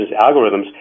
algorithms